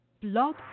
blog